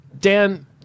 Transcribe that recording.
Dan